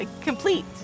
complete